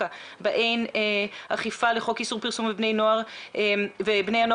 כאשר אין אכיפה על חוק איסור פרסום לבני נוער ובני הנוער